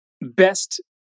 best